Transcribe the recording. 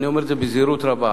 אני אומר את זה בזהירות רבה,